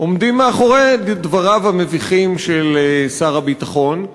עומדים מאחורי דבריו המביכים של שר הביטחון.